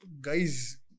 Guys